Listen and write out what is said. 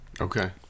okay